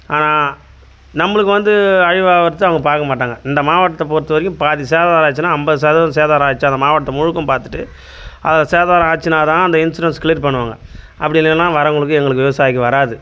ஆனால் நம்பளுக்கு வந்து அழிவாகிறது அவங்க பார்க்கமாட்டாங்க இந்த மாவட்டத்தை பொறுத்தவரைக்கும் பாதி சேதாரம் ஆச்சுன்னா ஐம்பது சதவீதம் சேதாரம் ஆச்சா அந்த மாவட்டத்தை முழுக்கும் பார்த்துட்டு அதை சேதாரம் ஆச்சுன்னால் தான் அந்த இன்சூரன்ஸ் க்ளியர் பண்ணுவாங்க அப்படி இல்லேன்னா வரவங்களுக்கு எங்களுக்கு விவசாயிக்கு வராது